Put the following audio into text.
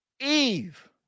Eve